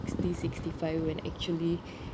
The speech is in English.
sixty sixty five when actually